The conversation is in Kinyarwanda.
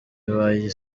ibaye